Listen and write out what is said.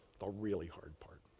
the really hard part.